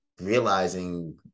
realizing